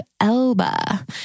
Elba